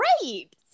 great